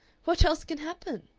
what else can happen?